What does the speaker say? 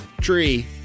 tree